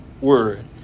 word